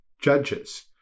judges